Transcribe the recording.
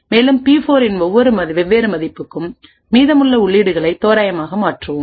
மேலும் பி4 இன் ஒவ்வொரு வெவ்வேறு மதிப்புக்கும் மீதமுள்ள உள்ளீடுகளை தோராயமாக மாற்றுவோம்